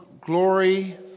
glory